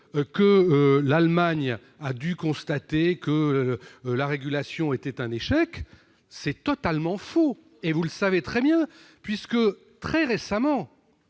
que l'Allemagne a dû constater que la régulation était un échec, c'est totalement faux, ... Totalement !... et vous le savez très bien, puisque, très récemment,